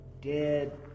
dead